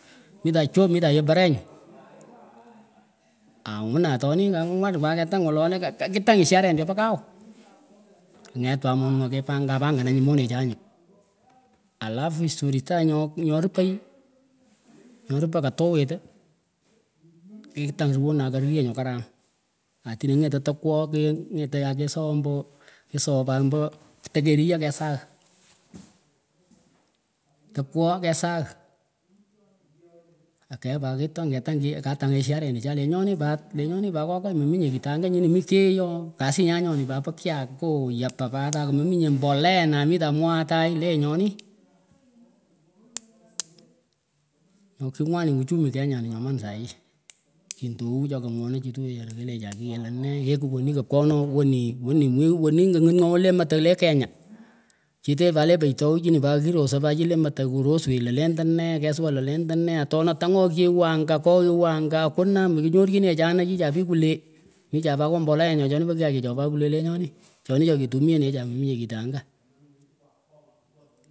Mitah job mitanyih parenyun angunah atonih angwan pat ketang wolo le kokitang isharan chopah kawh kanget pah moningah kepah kapanganan nyuh monechaenyuh alafu historih tagh nyo kipaey nyoh ripah katuwit kikihtang ruwon nyan karuyah nyop karam atinah ngetah tekwagah kengetah akehsooh mba ksooh pat mba tekeruyah kesagh tekwogh kesagh akeah pat ketany ketang chih katangah ishare nichan lenyonih pat lenyonih pa kokoy meminyeh kitangah nyini mih keyh ooh kasih nyan nyoni pat pa kyak ngoh yapah pat aamaminyeh mbolea na amitah mwooh atayh lenyonih nyoh kingwanit uchumi kenyani nyoman sahii kentoouh chokan ngwoonachituh wechara kelechah kiahlanee eki kuhwenih kapkonah wenih wenih wah wenih kangit nyon wenih le matawh leh kenya cheteh pat le paytough chinih kirosah pat chinih leh mataw kuroswech lah lendenee kesiwah lah lendenee atonah tengoyyeh wangan kogh yeuh angah akuna karam kinyorchinechah anah chichah pich kwuleh lenyonih chonih choh ketumianechah meminyeh kitanyah.